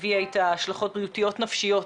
הביאו איתם השלכות בריאותיות ונפשיות